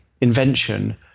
invention